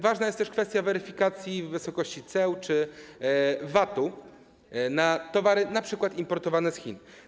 Ważna jest też kwestia weryfikacji wysokości ceł czy VAT na towary np. importowane z Chin.